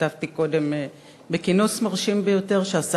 השתתפתי קודם בכינוס מרשים ביותר שעשה